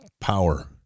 power